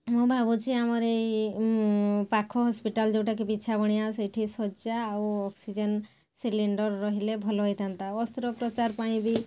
ମୁଁ ଭାବୁଛି ଆମର ଏଇ ମୁଁ ପାଖ ହସ୍ପିଟାଲ୍ ଯୋଉଟାକି ପିଛାବଣିଆ ସେଠି ଶଯ୍ୟା ଆଉ ଅକ୍ସିଜେନ୍ ସିଲିଣ୍ଡର ରହିଲେ ଭଲ ହେଇଥାନ୍ତା ଅସ୍ତ୍ରୋପଚାର ପାଇଁ ବି